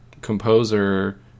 composer